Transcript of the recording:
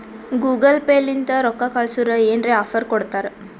Google Pay ಲಿಂತ ರೊಕ್ಕಾ ಕಳ್ಸುರ್ ಏನ್ರೆ ಆಫರ್ ಕೊಡ್ತಾರ್